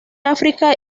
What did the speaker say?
áfrica